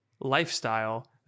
lifestyle